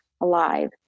alive